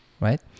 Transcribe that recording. right